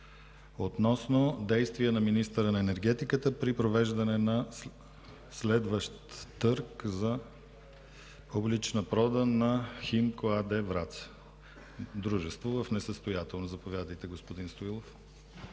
относно действия на министъра на енергетиката при провеждане на следващ търг за публична продан на „Химко” АД – Враца – дружество в несъстоятелност. Заповядайте, господин Стоилов.